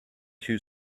two